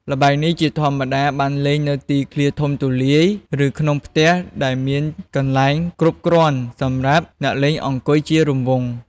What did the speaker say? ល្បែងនេះជាធម្មតាត្រូវបានលេងនៅទីធ្លាធំទូលាយ ឬក្នុងផ្ទះដែលមានកន្លែងគ្រប់គ្រាន់សម្រាប់អ្នកលេងអង្គុយជារង្វង់។